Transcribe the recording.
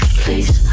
please